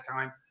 time